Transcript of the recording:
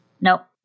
Nope